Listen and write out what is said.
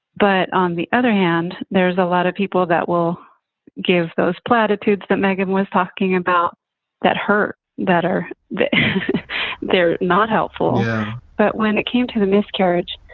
but on the other hand, there's a lot of people that will give those platitudes that megan was talking about that hurt better, that they're not helpful but when it came to the miscarriage,